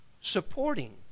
Supporting